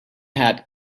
had